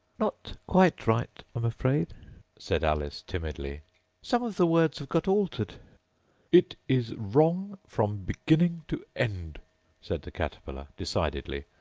not quite right, i'm afraid said alice, timidly some of the words have got altered it is wrong from beginning to end said the caterpillar decidedly,